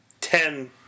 ten